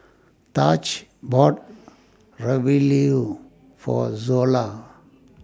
Taj bought Ravioli For Zola